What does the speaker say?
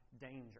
danger